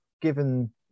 given